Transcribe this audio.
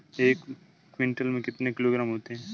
एक क्विंटल में कितने किलोग्राम होते हैं?